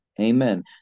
Amen